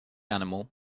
animal